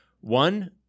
One